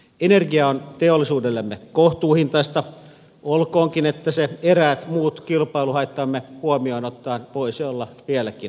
energia on teollisuudellemme kohtuuhintaista olkoonkin että se eräät muut kilpailuhaittamme huomioon ottaen voisi olla vieläkin huokeampaa